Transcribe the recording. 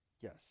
Yes